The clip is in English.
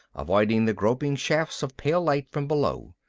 avoiding the groping shafts of pale light from below,